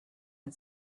had